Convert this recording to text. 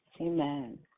Amen